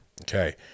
okay